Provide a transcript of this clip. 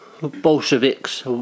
Bolsheviks